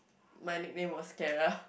my nickname was Kara